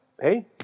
hey